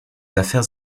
affaires